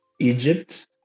Egypt